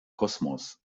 kosmos